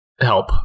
help